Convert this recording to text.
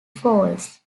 falls